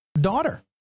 daughter